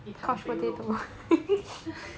一盘肥肉